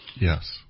Yes